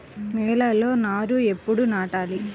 నేలలో నారు ఎప్పుడు నాటాలి?